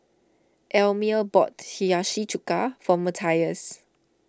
Elmer bought Hiyashi Chuka for Mathias